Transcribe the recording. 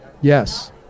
Yes